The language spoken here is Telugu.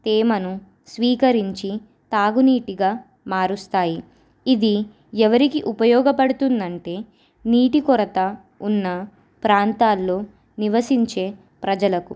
తేమను స్వీకరించి తాగునీటిగా మారుస్తాయి ఇది ఎవరికి ఉపయోగపడుతుందంటే నీటి కొరత ఉన్న ప్రాంతాల్లో నివసించే ప్రజలకు